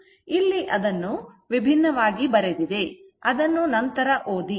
ಇಲ್ಲಿ ಅದನ್ನು ವಿಭಿನ್ನವಾಗಿ ಬರೆದಿದೆ ಅದನ್ನು ನಂತರ ಓದಿ